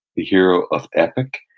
the hero of epic.